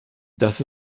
das